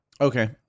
Okay